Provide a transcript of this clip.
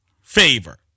favor